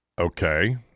Okay